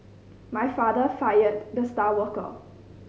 my father fired the star worker